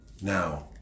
now